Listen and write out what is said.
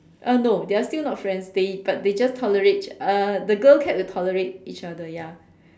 uh no they are still not friends they but they just tolerate uh the girl cat tolerate each other ya